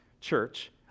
church